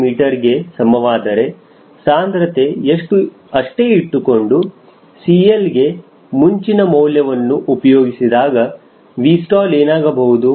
ಈಗ WS 100 kgm2 ಗೆ ಸಮವಾದರೆ ಸಾಂದ್ರತೆ ಅಷ್ಟೇ ಇಟ್ಟುಕೊಂಡು CLಗೆ ಮುಂಚಿನ ಮೌಲ್ಯವನ್ನು ಉಪಯೋಗಿಸಿದಾಗ 𝑉stall ಏನಾಗಬಹುದು